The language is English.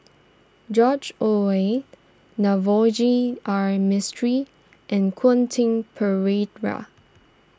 George Oehlers Navroji R Mistri and Quentin Pereira